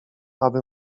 aby